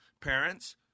Parents